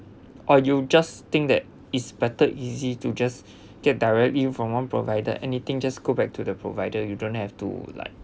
or you just think that it's better easy to just get directly from one provider anything just go back to the provider you don't have to like